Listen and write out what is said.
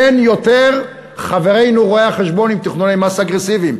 אין יותר חברינו רואי-החשבון עם תכנוני מס אגרסיביים.